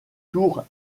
tour